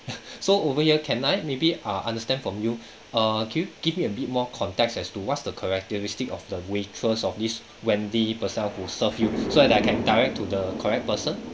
so over here can I maybe ah understand from you err can you give me a bit more context as to what's the characteristic of the waitress of this wendy personnel who served you so that I can direct to the correct person